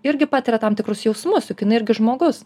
irgi patiria tam tikrus jausmus juk jinai irgi žmogus